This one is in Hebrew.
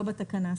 לא בתקנה.